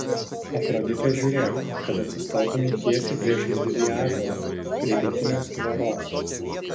afrodite žiūrėk kad atsistotumei tiesiai priešais didįjį ąžuolą prie rytinės tvoros